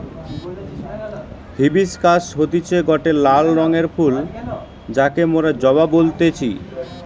hibiscus হতিছে গটে লাল রঙের ফুল যাকে মোরা জবা বলতেছি